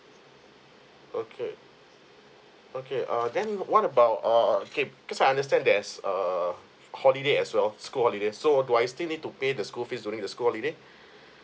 okay okay err then what about err okay cause I understand there is a holiday as well school holiday so do I still need to pay the school fees during the school holiday